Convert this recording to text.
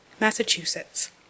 Massachusetts